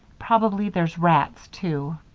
probably there's rats, too.